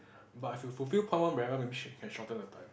but if we fulfilled point one very well maybe she can shorten the time